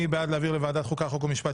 מי בעד להעביר לוועדת חוקה, חוק ומשפט?